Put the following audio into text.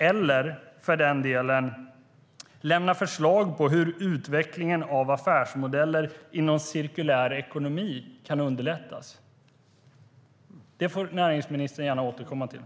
Han får gärna också, för den delen, lämna förslag på hur utvecklingen av affärsmodeller inom cirkulär ekonomi kan underlättas. Detta får näringsministern gärna återkomma till.